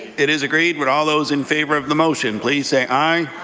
it is agreed. would all those in favour of the motion please say aye.